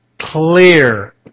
clear